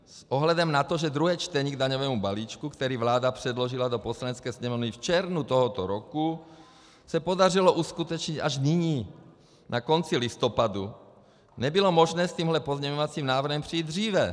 S ohledem na to, že druhé čtení k daňovému balíčku, který vláda předložila do Poslanecké sněmovny v červnu tohoto roku, se podařilo uskutečnit až nyní, na konci listopadu, nebylo možné s tímhle pozměňovacím návrhem přijít dříve.